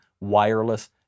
wireless